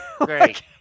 Great